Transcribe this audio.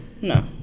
No